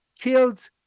killed